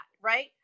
right